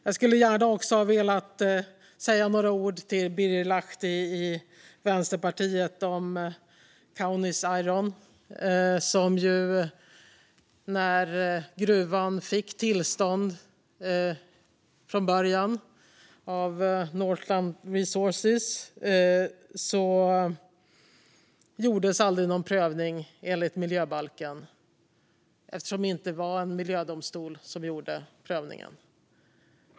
Jag skulle gärna också ha velat säga några ord till Birger Lahti från Vänsterpartiet om detta med Kaunis Iron. Från början var det Northland Resources som fick tillstånd för gruvan. Då gjordes aldrig någon prövning enligt miljöbalken, eftersom det inte var en miljödomstol som gjorde prövningen.